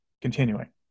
Continuing